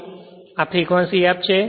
તેથી આ frequency f છે